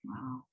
Wow